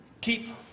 Keep